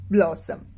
Blossom